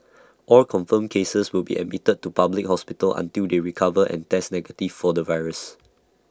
all confirmed cases will be admitted to A public hospital until they recover and test negative for the virus